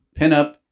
Pinup